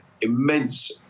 immense